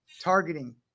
targeting